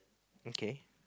okay